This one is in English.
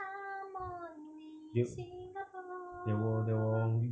count on me singapore